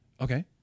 Okay